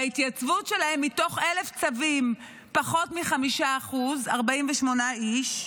וההתייצבות שלהם מתוך אלף צווים היא פחות מ-5% 48 איש,